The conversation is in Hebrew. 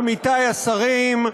עמיתי השרים,